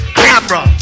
camera